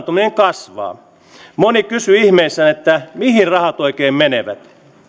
kasvaa moni kysyy ihmeissään mihin rahat oikein menevät